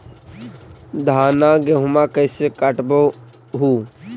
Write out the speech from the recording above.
धाना, गेहुमा कैसे कटबा हू?